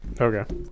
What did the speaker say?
Okay